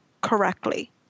correctly